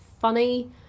funny